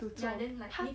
to 做她